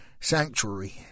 Sanctuary